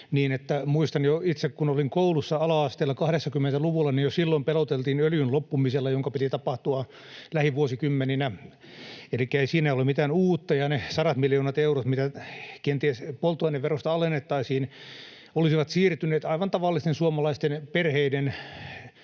muistan itse, kun olin koulussa ala-asteella 80-luvulla, niin jo silloin peloteltiin öljyn loppumisella, jonka piti tapahtua lähivuosikymmeninä. Elikkä ei siinä ole mitään uutta, [Niina Malmin välihuuto] ja ne sadat miljoonat eurot, mitä kenties polttoaineverosta alennettaisiin, siirtyisivät aivan tavallisten suomalaisten perheiden